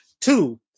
Two